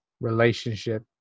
relationship